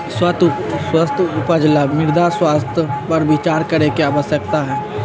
स्वस्थ उपज ला मृदा स्वास्थ्य पर विचार करे के आवश्यकता हई